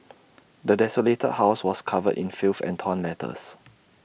the desolated house was covered in filth and torn letters